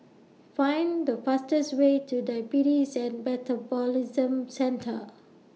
Find The fastest Way to Diabetes and Metabolism Centre